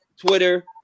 Twitter